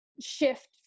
shift